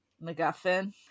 MacGuffin